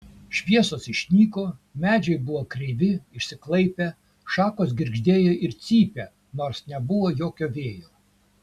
šviesos išnyko medžiai buvo kreivi išsiklaipę šakos girgždėjo ir cypė nors nebuvo jokio vėjo